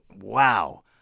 wow